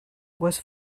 was